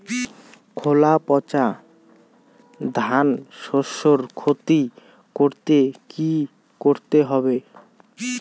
খোলা পচা ধানশস্যের ক্ষতি করলে কি করতে হবে?